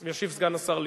ישיב סגן השר ליצמן.